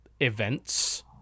events